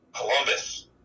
Columbus